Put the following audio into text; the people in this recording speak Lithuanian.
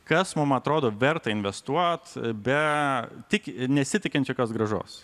kas mums atrodo verta investuoti be tik nesitikint jokios grąžos